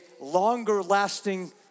longer-lasting